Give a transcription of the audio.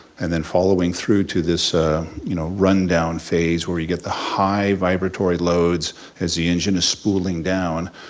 and then following through to this you know rundown phase where you get the high vibratory loads as the engine is spooling down,